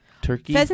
turkey